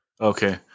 Okay